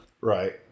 Right